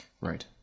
Right